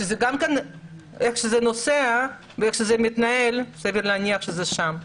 שגם כן כפי שזה מתנהל סביר להניח שזה משם.